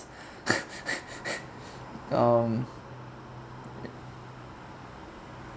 um